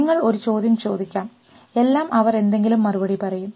നിങ്ങൾ ഒരു ചോദ്യം ചോദിക്കാം എല്ലാം അവർ എന്തെങ്കിലും മറുപടി പറയാം